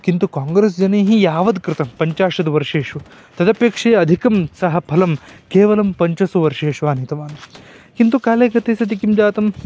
किन्तु काङ्ग्रेस् जनैः यावत् कृतं पञ्चाशद् वर्षेषु तदपेक्षा अधिकं सः फलं केवलं पञ्चसु वर्षेषु आनीतवान् किन्तु काले गते सति किं जातम्